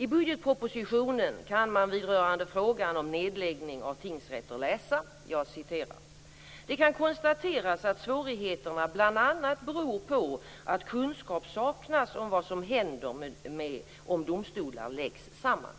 I budgetpropositionen kan man rörande frågan om nedläggning av tingsrätter läsa: "Det kan konstateras att svårigheterna bl.a. beror på att kunskap saknas om vad som händer om domstolar läggs samman".